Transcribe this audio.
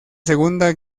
segunda